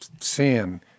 Sin